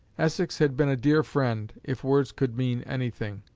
essex had been a dear friend, if words could mean anything.